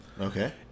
Okay